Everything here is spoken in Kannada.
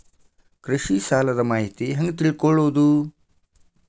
ಕೃಷಿ ಸಾಲದ ಮಾಹಿತಿ ಹೆಂಗ್ ತಿಳ್ಕೊಳ್ಳೋದು?